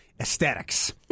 Aesthetics